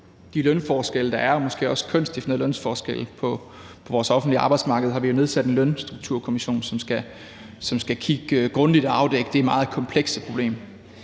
de lønforskelle – og måske også kønsdefinerede lønforskelle – der er på vores offentlige arbejdsmarked, har vi jo nedsat en lønstrukturkomité, som skal kigge grundigt på og afdække det meget komplekse problem.